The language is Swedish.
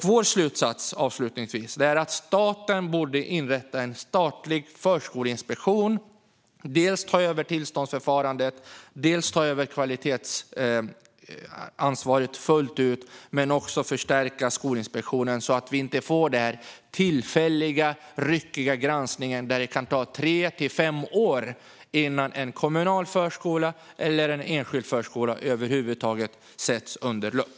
Vår slutsats - avslutningsvis - är att staten borde inrätta en statlig förskoleinspektion, ta över tillståndsförfarandet och ta över kvalitetsansvaret fullt ut men också förstärka Skolinspektionen så att vi inte får denna tillfälliga och ryckiga granskning där det kan ta tre till fem år innan en kommunal förskola eller en enskild förskola över huvud taget sätts under lupp.